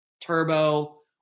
Turbo